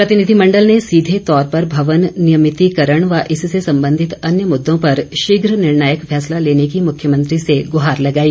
प्रतिनिधिमण्डल ने सीधे तौर पर भवन नियभितिकरण व इससे संबंधित अन्य मुद्दों पर शीघ निर्णायक फैसला लेने की मुख्यमंत्री से गुहार लगाई